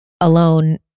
alone